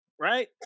right